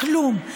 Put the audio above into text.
כלום.